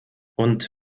und